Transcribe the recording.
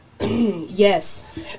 Yes